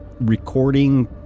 recording